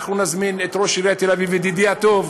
אנחנו נזמין את ראש עיריית תל-אביב, ידידי הטוב.